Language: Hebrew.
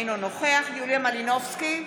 אינו נוכח יוליה מלינובסקי קונין,